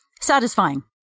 satisfying